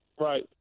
Right